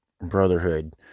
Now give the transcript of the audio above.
brotherhood